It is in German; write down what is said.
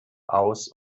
aus